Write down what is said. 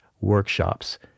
workshops